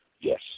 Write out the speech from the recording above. yes